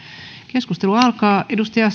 tekijälle ensimmäinen puheenvuoro edustaja